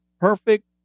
Perfect